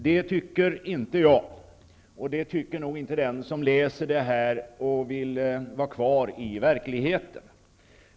Det tycker inte jag, och det tycker nog inte den som läser skrivningen och som stannar kvar i verkligheten.